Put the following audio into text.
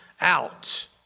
out